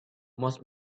most